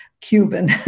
Cuban